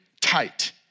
tight